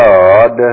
God